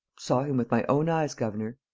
saw him with my own eyes, governor.